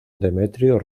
demetrio